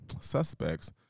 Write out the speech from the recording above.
suspects